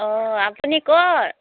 অঁ আপুনি ক'ৰ